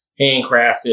handcrafted